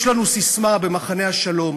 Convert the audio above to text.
יש לנו ססמה במחנה השלום,